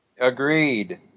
Agreed